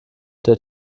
der